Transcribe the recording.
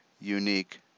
unique